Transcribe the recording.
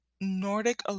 Nordic